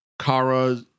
Kara